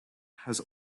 has